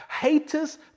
Haters